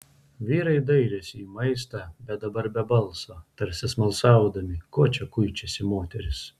vyrai dairėsi į maistą bet dabar be balso tarsi smalsaudami ko čia kuičiasi moterys